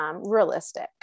realistic